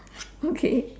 okay